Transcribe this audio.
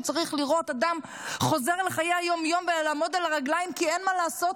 שצריך לראות אדם חוזר לחיי היום-יום ולעמוד על הרגליים כי אין מה לעשות,